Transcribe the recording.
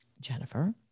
Jennifer